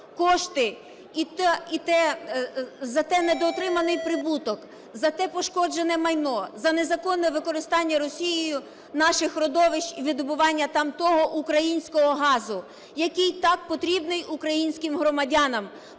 кошти за той недоотриманий прибуток, за те пошкоджене майно, за незаконне використання Росією наших родовищ і видобування там того українського газу, який так потрібний українським громадянам,